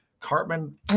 Cartman